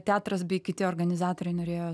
teatras bei kiti organizatoriai norėjo